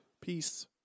Peace